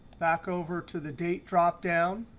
back over to the date dropdown.